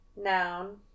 noun